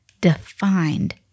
defined